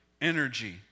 energy